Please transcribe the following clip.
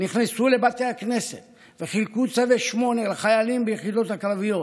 נכנסו לבתי הכנסת וחילקו צווי 8 לחיילים ביחידות הקרביות,